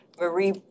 Marie